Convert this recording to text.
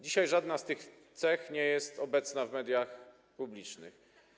Dzisiaj żadna z tych cech nie jest obecna w mediach publicznych.